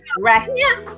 right